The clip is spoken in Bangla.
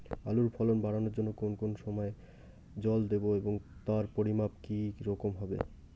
আলুর ফলন বাড়ানোর জন্য কোন কোন সময় জল দেব এবং তার পরিমান কি রকম হবে?